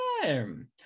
time